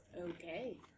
Okay